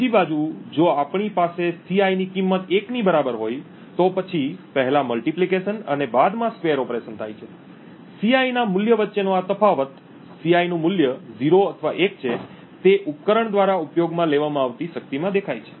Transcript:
બીજી બાજુ જો આપણી પાસે Ci ની કિંમત 1 ની બરાબર હોય તો પછી પહેલા મલ્ટીપ્લિકેશન અને બાદમાં સ્કવેર ઓપરેશન થાય છે સીઆઈ ના મૂલ્ય વચ્ચેનો આ તફાવત સીઆઈ નું મૂલ્ય 0 અથવા 1 છે તે ઉપકરણ દ્વારા ઉપયોગમાં લેવામાં આવતી શક્તિમાં દેખાય છે